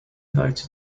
voted